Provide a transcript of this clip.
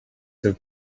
have